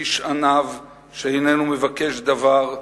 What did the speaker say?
איש עניו שאיננו מבקש דבר,